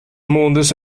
mondes